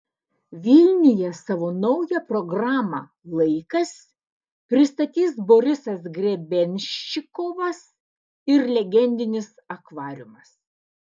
vilniuje savo naują programą laikas pristatys borisas grebenščikovas ir legendinis akvariumas